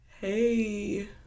Hey